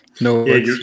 No